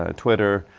ah twitter,